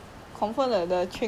!aiyo!